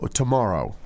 tomorrow